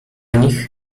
nich